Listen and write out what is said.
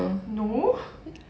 no